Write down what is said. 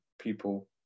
people